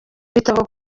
ibitabo